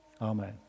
Amen